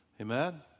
Amen